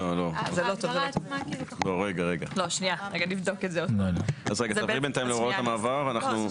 לא שנייה רגע נבדוק את זה, זה